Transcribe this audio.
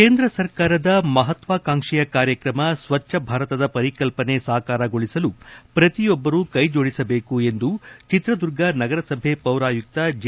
ಕೇಂದ್ರ ಸರ್ಕಾರದ ಮಪತ್ವಾಕಾಂಕ್ಷಿಯ ಕಾರ್ಯಕ್ರಮ ಸ್ವಜ್ಞ ಭಾರತದ ಪರಿಕಲ್ಪನೆ ಸಾಕಾರಗೊಳಿಸಲು ಪ್ರತಿಯೊಬ್ಬರೂ ಕೈಜೋಡಿಸಬೇಕು ಎಂದು ಚಿತ್ರದುರ್ಗ ನಗರಸಭೆ ಪೌರಾಯುಕ್ತ ಜೆ